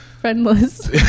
friendless